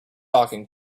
talking